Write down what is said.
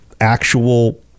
actual